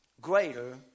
greater